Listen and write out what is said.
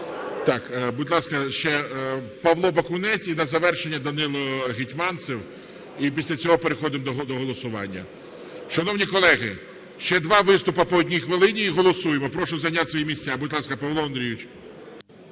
Будь ласка, ще Павло Бакунець і на завершення Данило Гетманцев, і після цього переходимо до голосування. Шановні колеги, ще два виступи по одній хвилині і голосуємо. Прошу зайняти свої місця. Будь ласка, Павло Андрійович.